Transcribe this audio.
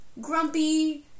grumpy